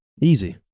Easy